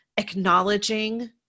acknowledging